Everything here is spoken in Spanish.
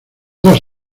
dos